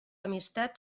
amistat